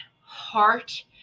heart